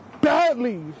badly